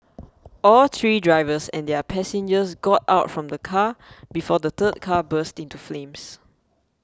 all three drivers and their passengers got out from the car before the third car burst into flames